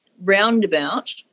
roundabout